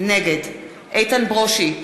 נגד איתן ברושי,